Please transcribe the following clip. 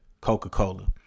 Coca-Cola